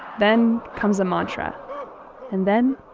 then comes a mantra and then,